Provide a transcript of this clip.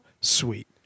Sweet